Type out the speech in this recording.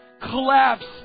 Collapse